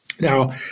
Now